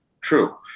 True